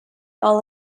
all